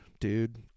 Dude